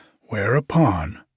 whereupon